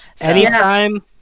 anytime